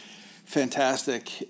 fantastic